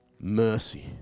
mercy